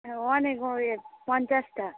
হ্যাঁ অনেক ও ইয়ে পঞ্চাশটা